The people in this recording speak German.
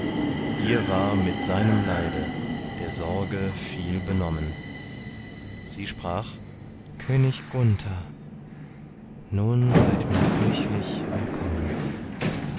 ihr war mit seinem leide der sorge viel benommen sie sprach könig gunther nun seid mir höchlich willkommen